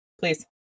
Please